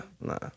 nah